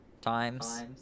times